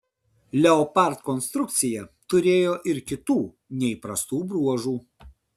leopard konstrukcija turėjo ir kitų neįprastų bruožų